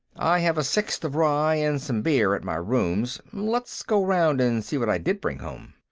i have a sixth of rye and some beer, at my rooms. let's go around and see what i did bring home.